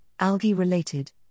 algae-related